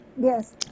Yes